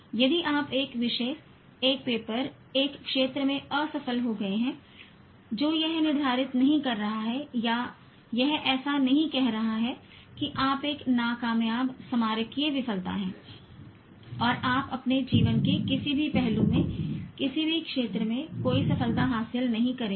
यदि आप एक विषय एक पेपर एक क्षेत्र में असफल हो गए हैं जो यह निर्धारित नहीं कर रहा है या यह ऐसा नहीं कह रहा है कि आप एक नाकामयाब स्मारकीय विफलता है और आप अपने जीवन के किसी भी पहलू में किसी भी क्षेत्र में कोई सफलता हासिल नहीं करेंगे